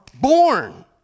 born